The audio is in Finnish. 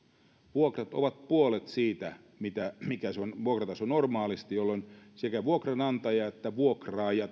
vuokrat ovat puolet siitä mitä se vuokrataso on normaalisti jolloin sekä vuokranantaja että vuokraaja